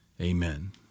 Amen